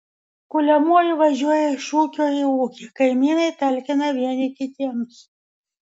kuliamoji važiuoja iš ūkio į ūkį kaimynai talkina vieni kitiems